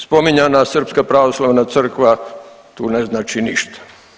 Spominjana Srpska pravoslavna crkva tu ne znači ništa.